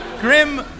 Grim